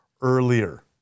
earlier